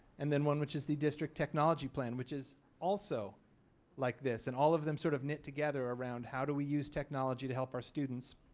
and then one which is the district technology plan which is also like this and all of them sort of knit together around how do we use technology to help our students.